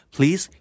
Please